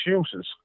excuses